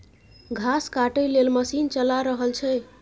घास काटय लेल मशीन चला रहल छै